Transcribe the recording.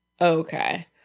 okay